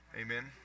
Amen